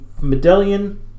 medallion